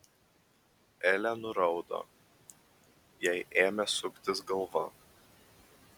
elė nuraudo jai ėmė suktis galva